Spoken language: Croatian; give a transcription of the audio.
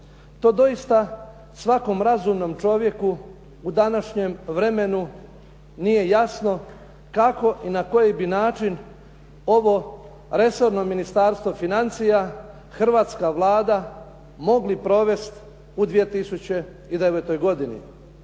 To doista svakom razumnom čovjeku u današnjem vremenu nije jasno kako i na koji bi način ovo resorno Ministarstvo financija, hrvatska Vlada mogli provesti u 2009. godini.